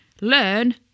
learn